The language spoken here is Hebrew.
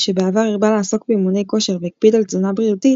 שבעבר הרבה לעסוק באימוני כושר והקפיד על תזונה בריאותית,